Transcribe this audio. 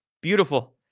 Beautiful